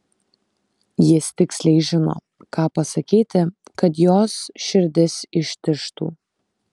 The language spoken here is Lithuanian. jis tiksliai žino ką pasakyti kad jos širdis ištižtų